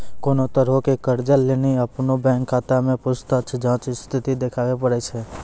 कोनो तरहो के कर्जा लेली अपनो बैंक खाता के पूछताछ जांच स्थिति देखाबै पड़ै छै